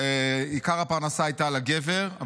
ועיקר הפרנסה הייתה על הגבר.